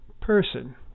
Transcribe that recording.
person